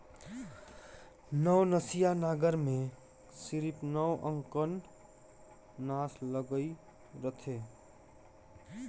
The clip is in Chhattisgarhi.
नवनसिया नांगर मे सिरिप नव अकन नास लइग रहथे